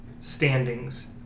standings